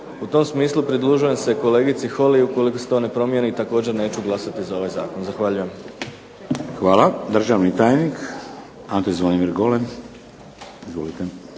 U tom smislu pridružujem se kolegici Holy ukoliko se to ne promijeni također neću glasati za ovaj zakon. Zahvaljujem. **Šeks, Vladimir (HDZ)** Hvala. Državni tajnik Ante Zvonimir Golem, izvolite.